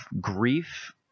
grief